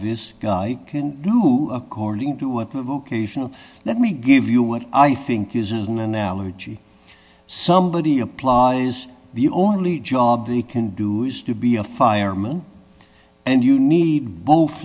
this guy can do according to what vocational let me give you what i think is an analogy somebody applies the only job they can do is to be a fireman and you need both